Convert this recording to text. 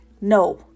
no